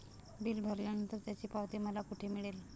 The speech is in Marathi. बिल भरल्यानंतर त्याची पावती मला कुठे मिळेल?